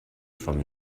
from